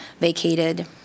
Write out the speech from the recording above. vacated